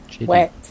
Wet